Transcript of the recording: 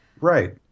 right